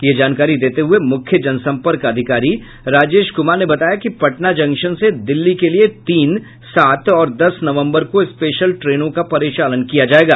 ये जानकारी देते हुये मुख्य जनसंपर्क अधिकारी राजेश कुमार ने बताया कि पटना जंक्शन से दिल्ली के लिये तीन सात और दस नवम्बर को स्पेशल ट्रेनों का परिचालन किया जायेगा